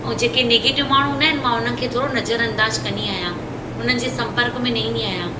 ऐं जेके निगेटिव माण्हू हूंदा आहिनि मां उन्हनि खे नज़र अंदाज़ कंदी आहियां उन्हनि जे संपर्क में न ईंदी आहियां